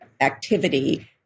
activity